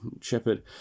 shepherd